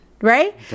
right